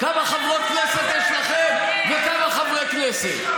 כמה חברות כנסת יש לכם וכמה חברי כנסת?